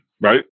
Right